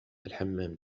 الحمّام